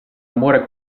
amore